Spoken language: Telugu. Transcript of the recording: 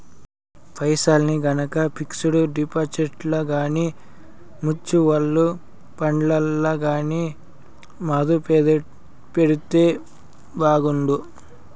పైసల్ని గనక పిక్సుడు డిపాజిట్లల్ల గానీ, మూచువల్లు ఫండ్లల్ల గానీ మదుపెడితే బాగుండు